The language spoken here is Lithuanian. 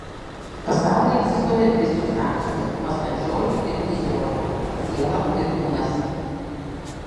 pasaulyje egzistuoja dvi substancijos mąstančioji ir tįsioji siela ir kūnas